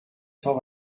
cent